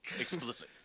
explicit